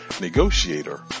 negotiator